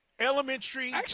Elementary